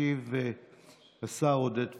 ישיב השר עודד פורר,